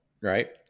Right